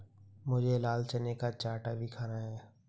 मुझे लाल चने का चाट अभी खाना है